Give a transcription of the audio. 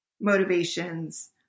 motivations